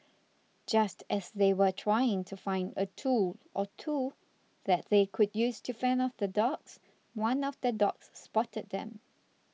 just as they were trying to find a tool or two that they could use to fend off the dogs one of the dogs spotted them